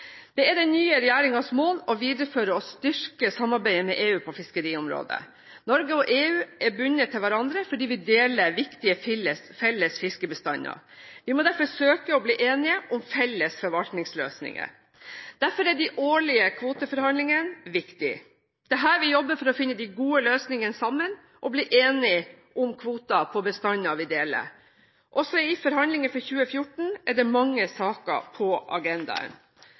Det er den nye regjeringens mål å videreføre og styrke samarbeidet med EU på fiskeriområdet. Norge og EU er bundet til hverandre fordi vi deler viktige felles fiskebestander. Vi må derfor søke å bli enige om felles forvaltningsløsninger. Derfor er de årlige kvoteforhandlingene viktig. Det er her vi jobber for å finne de gode løsningene sammen og blir enige om kvoter på bestander vi deler. Også i forhandlingene for 2014 er det mange saker på agendaen.